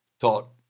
taught